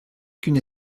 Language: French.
qu’une